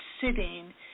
sitting